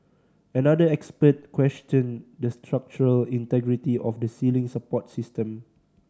another expert questioned the structural integrity of the ceiling support system